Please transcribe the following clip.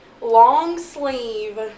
long-sleeve